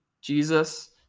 Jesus